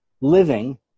living